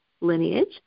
lineage